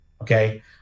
okay